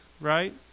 right